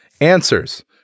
answers